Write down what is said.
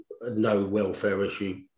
no-welfare-issue